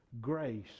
Grace